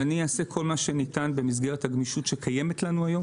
אני אעשה כל מה שניתן במסגרת הגמישות שקיימת לנו היום,